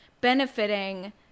benefiting